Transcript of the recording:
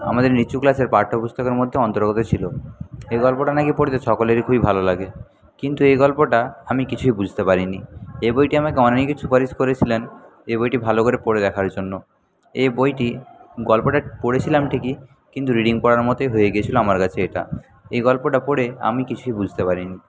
আমাদের নীচু ক্লাসের পাঠ্যপুস্তকের মধ্যে অন্তর্গত ছিল এই গল্পটা না কি পড়তে সকলেরই খুবই ভালো লাগে কিন্তু এই গল্পটা আমি কিছুই বুঝতে পারি নি এই বইটি আমাকে অনেকেই সুপারিশ করেছিলেন এই বইটি ভালো করে পড়ে দেখার জন্য এই বইটি গল্পটা পড়েছিলাম ঠিকই কিন্তু রিডিং পড়ার মতোই হয়ে গেছিলো আমার কাছে এটা এই গল্পটা পড়ে আমি কিছুই বুঝতে পারি নি